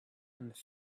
and